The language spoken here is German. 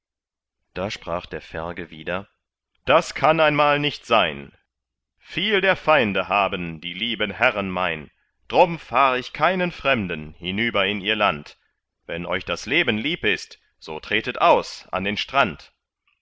da sprach der ferge wieder das kann einmal nicht sein viel der feinde haben die lieben herren mein drum fahr ich keinen fremden hinüber in ihr land wenn euch das leben lieb ist so tretet aus an den strand